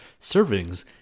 Servings